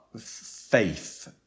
faith